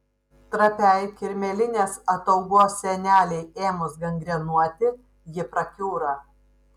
trapiai kirmėlinės ataugos sienelei ėmus gangrenuoti ji prakiūra